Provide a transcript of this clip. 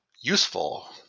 useful